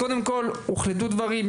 קודם כל הוחלטו דברים,